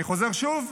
אני חוזר שוב: